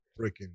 freaking